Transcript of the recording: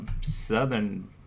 southern